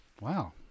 Wow